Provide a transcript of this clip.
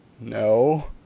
no